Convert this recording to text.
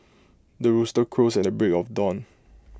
the rooster crows at the break of dawn